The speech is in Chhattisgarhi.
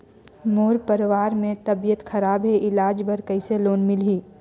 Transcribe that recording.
मोर परवार मे तबियत खराब हे इलाज बर कइसे लोन मिलही?